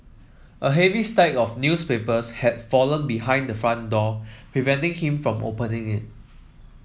a heavy stack of newspapers had fallen behind the front door preventing him from opening it